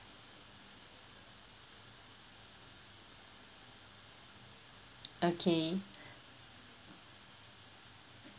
okay